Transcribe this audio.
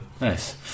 Nice